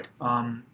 Right